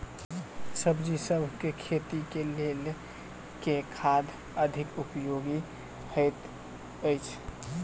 सब्जीसभ केँ खेती केँ लेल केँ खाद अधिक उपयोगी हएत अछि?